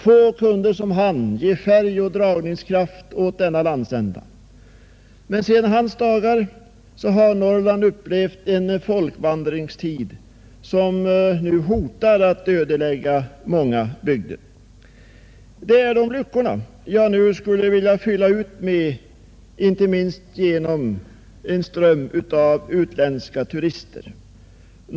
Få kunde som han ge färg och dragningskraft åt denna landsända. Efter hans dagar har Norrland upplevt en folkvandring som hotar att ödelägga många bygder. Det är dessa luckor jag nu skulle vilja fylla ut, inte minst med en ström av utländska turister.